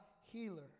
healer